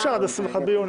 אז אפשר עד ה-21 ביוני.